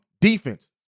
Defense